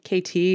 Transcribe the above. kt